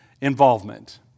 involvement